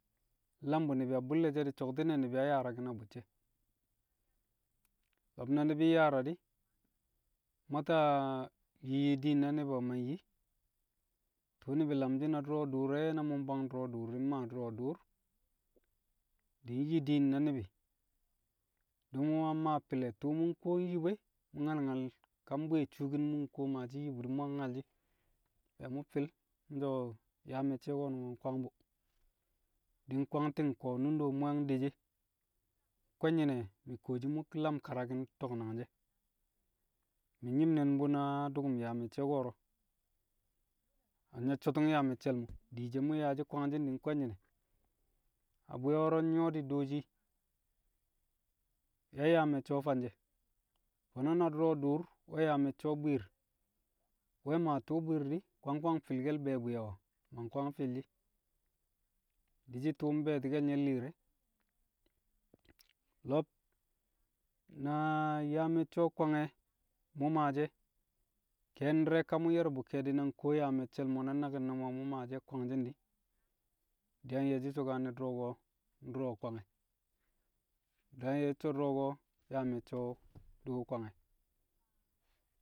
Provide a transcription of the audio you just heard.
Nlam bu̱ ni̱bi̱ a bu̱llẹ she̱ di̱ so̱kti̱nẹ ni̱bi̱ yang yaaraki̱n a bu̱cce̱. Lo̱b na ni̱bi̱ nyaara di̱, mwataa yiyyi diin na ni̱bi̱ o̱? Ma nyi. Tṵṵ ni̱bi̱ lamshi̱ e̱ na du̱ro̱ dur e̱, na mu̱ mbwang du̱ro̱ du̱u̱r e̱, mmaa du̱ro̱ du̱u̱r. Di̱ nyi na ni̱bi̱, di̱ mu̱ mu̱ yang maa fi̱lẹ, tṵṵ mu̱ kuwo nyi bu e̱, mu̱ nyal nyal ka bwi̱ƴe̱ shuukin mu̱ kuwo maashi̱ nyi bu, mu̱ yang nyal shi̱ be̱e̱ mu̱ fi̱l mu̱ so̱ yaa me̱cce̱ ko̱nnu̱ngo̱ nkwang bu̱. Di̱ nkwang ti̱ng kuwo nunde mu̱ yang deshi e̱, nkwe̱nyi̱ne̱ mi̱ kuwoshi mu̱ lam karaki̱n to̱k nangshi̱ e̱. Mi̱ nnyi̱m ni̱n bu̱ na du̱ku̱m yaa me̱cce̱ ko̱ro̱, anya so̱tu̱ng yaa me̱cce̱l mo̱. Dishe mu̱ yaa shi̱ kwangshi̱n di̱ nkwe̱nyi̱ne̱? Na bwi̱ye̱ wo̱ro̱ nyu̱wo̱ di̱ dooshi yang yaa me̱cce̱ wu̱ fanshe̱. Fo̱no̱ na du̱ro̱ dṵṵr we̱ yaa me̱cce̱ wu̱ bwi̱i̱r, we̱ maa tṵṵ bwi̱i̱r di̱ kwang kwang fi̱lke̱l be̱e̱ bwi̱ye̱ o̱? Ma nkwang fi̱l shi̱. Di̱shi̱ tu̱u̱ be̱e̱ti̱ke̱l nye̱ li̱i̱r e̱. Lo̱b, na- yaa me̱cce̱ o̱ kwange̱ mu̱ maashi̱ e̱ ke̱e̱n ndi̱rẹ ka mu̱ nye̱r bu̱ ke̱e̱di̱ na nkuwo yaa me̱cce̱l mo̱ na naki̱n ne̱ mo̱ mu̱ maashi̱ e̱ kwangshi̱n di̱, di̱ yang ye̱shi̱ so̱kane̱ du̱ro̱ ko̱, ndu̱ro̱ kwange̱, di̱ yang yẹshi̱ so̱ du̱ro̱ ko̱ yaa me̱cce̱ o̱, di̱ wu̱ kwange̱.